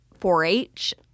4-H